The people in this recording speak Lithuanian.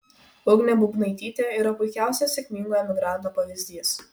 ugnė bubnaitytė yra puikiausias sėkmingo emigranto pavyzdys